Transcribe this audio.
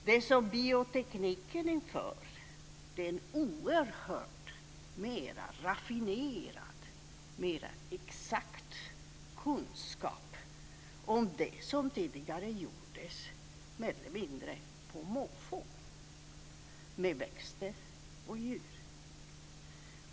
Det som biotekniken inför är en oerhört mer raffinerad, mer exakt kunskap om det som tidigare gjordes mer eller mindre på måfå med växter och djur.